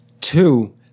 two